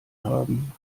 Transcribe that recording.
haben